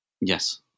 Yes